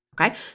okay